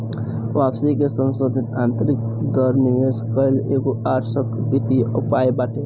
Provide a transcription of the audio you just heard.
वापसी के संसोधित आतंरिक दर निवेश कअ एगो आकर्षक वित्तीय उपाय बाटे